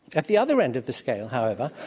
at the other end of the scale, however,